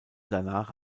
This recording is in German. danach